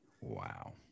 wow